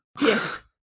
Yes